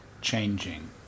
changing